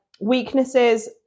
Weaknesses